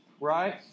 right